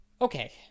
okay